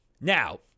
Now